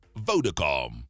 Vodacom